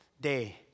day